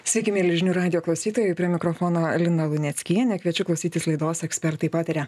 sveiki mieli žinių radijo klausytojai prie mikrofono lina luneckienė kviečiu klausytis laidos ekspertai pataria